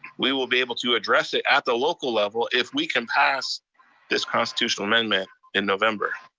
we will be able to address it at the local level if we can pass this constitutional amendment in november.